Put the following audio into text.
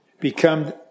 become